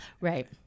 Right